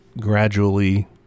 gradually